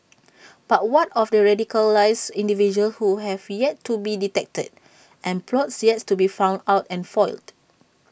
but what of radicalised individuals who have yet to be detected and plots yet to be found out and foiled